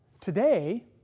Today